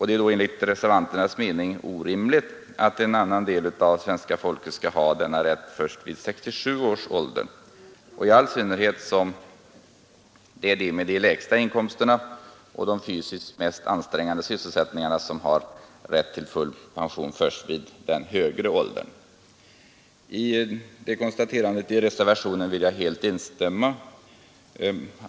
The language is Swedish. Det är då enligt reservanternas mening orimligt att en annan del av svenska folket skall ha denna rätt först vid 67 års ålder, i all synnerhet som det är de med de lägsta inkomsterna och de tyngsta och mest ansträngande sysselsättningarna som har rätt till full pension först vid den högre åldern. I detta konstaterande i reservationen vill jag helt instämma.